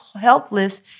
helpless